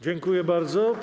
Dziękuję bardzo.